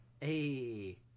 Hey